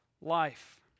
life